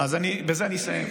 אז בזה אני אסיים.